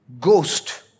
ghost